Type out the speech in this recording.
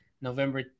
November